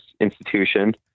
Institution